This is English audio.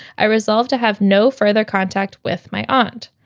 i resolved to have no further contact with my aunt.